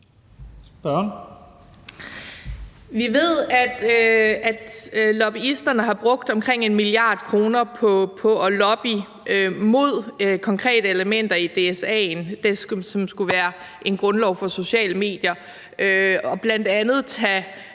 Vi ved, at lobbyisterne har brugt omkring 1 mia. kr. på at lobbye mod konkrete elementer i DSA'en, som skulle være en grundlov for sociale medier, bl.a. for at få taget